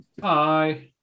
Bye